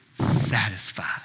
satisfied